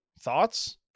Thoughts